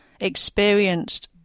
experienced